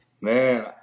Man